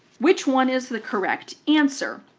which one is the correct answer?